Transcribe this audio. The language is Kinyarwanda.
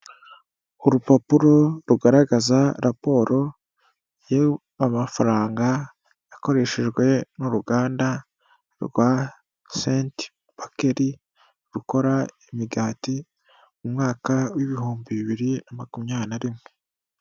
Urupapuro rugaragaza raporo y'amafaranga yakoreshejwe n'uruganda rwa "saint pakeri" rukora imigati mu mwaka w'ibihumbi bibiri na makumyabiri na rimwe.